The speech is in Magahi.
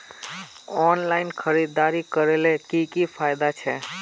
ऑनलाइन खरीदारी करले की की फायदा छे?